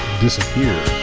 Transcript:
disappear